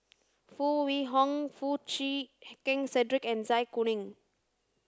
Foo Wee Horng Foo Chee Keng Cedric and Zai Kuning